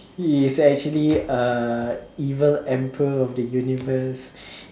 he's actually a evil emperor of the universe